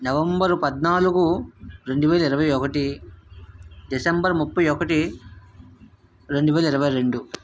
November పద్నాలుగు రెండు వేల ఇరవై ఒకటి డిసెంబర్ ముప్ఫై ఒకటి రెండు వేల ఇరవై రెండు